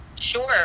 Sure